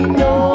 no